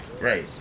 Right